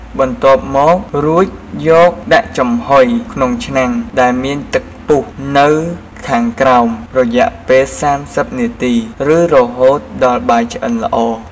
បន្ទាប់មក រួចយកដាក់ចំហុយក្នុងឆ្នាំងដែលមានទឹកពុះនៅខាងក្រោម រយៈពេល៣០នាទីឬរហូតដល់បាយឆ្អិនល្អ។